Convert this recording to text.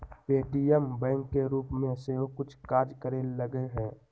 Paytm bank के रूप में सेहो कुछ काज करे लगलै ह